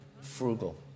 frugal